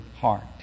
heart